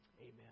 amen